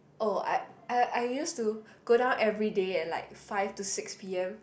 oh I I I used go down everyday at like five to six P_M